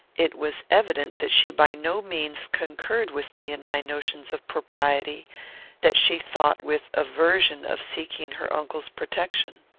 it was evident that she by no means concurred with me in my notions of propriety that she thought with aversion of seeking her uncle's protection.